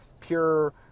pure